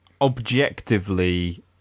objectively